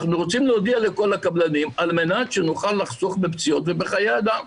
אנחנו רוצים להודיע לכל הקבלנים על מנת שנוכל לחסוך בפציעות ובחיי אדם.